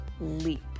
leap